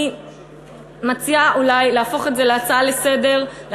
אני מציעה אולי להפוך את זה להצעה לסדר-היום,